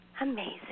Amazing